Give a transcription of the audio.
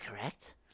correct